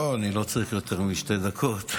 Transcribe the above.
אני לא צריך יותר משתי דקות.